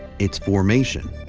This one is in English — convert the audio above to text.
its formation,